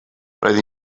roedd